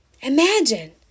Imagine